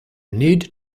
need